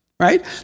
Right